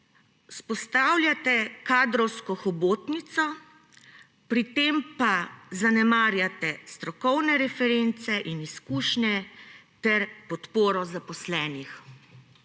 »Vzpostavljate kadrovsko hobotnico, pri tem pa zanemarjate strokovne reference in izkušnje ter podporo zaposlenih.«